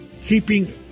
keeping